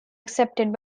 accepted